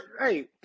hey